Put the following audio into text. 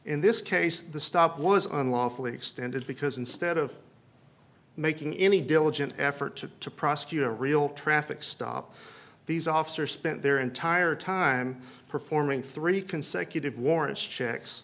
in this case the stop was unlawfully extended because instead of making any diligent effort to to prosecute a real traffic stop these officers spent their entire time performing three consecutive warrants checks